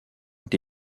ont